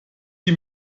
die